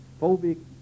phobic